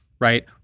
right